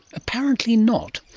apparently not.